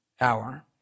hour